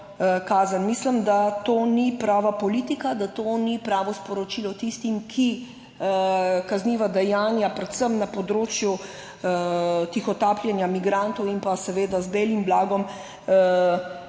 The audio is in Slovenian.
Mislim, da to ni prava politika, da to ni pravo sporočilo tistim, ki [so storili] kazniva dejanja predvsem na področju tihotapljenja migrantov in seveda z belim blagom,